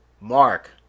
Mark